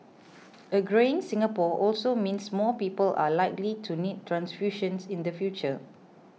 a greying Singapore also means more people are likely to need transfusions in the future